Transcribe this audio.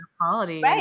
quality